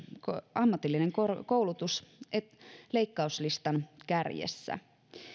ammatillinen koulutus leikkauslistan kärjessä